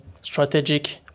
strategic